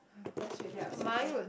that's really upsetting